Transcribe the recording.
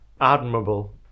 admirable